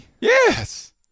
Yes